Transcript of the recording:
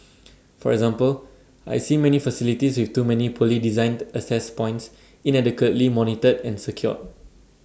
for example I see many facilities with too many poorly designed access points inadequately monitored and secured